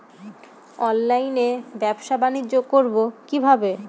অনলাইনে ব্যবসা বানিজ্য করব কিভাবে?